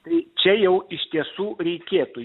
tai čia jau iš tiesų reikėtų